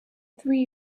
three